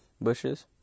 bushes